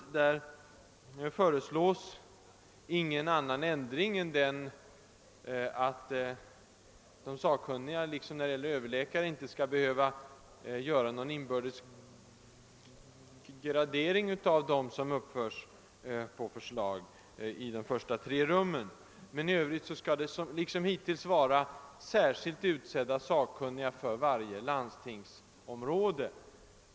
I detta avseende föreslås ingen annan ändring än den, att de sakkunniga inte skall behöva göra någon inbördes gradering av dem som uppförs i de tre första förslagsrummen. Det skall liksom. hittills utses särskilda sakkunniga för varje landstingsområde.